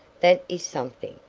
that is something,